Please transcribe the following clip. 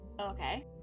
Okay